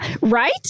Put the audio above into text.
right